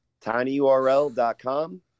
tinyurl.com